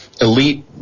Elite